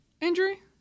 injury